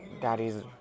Daddy's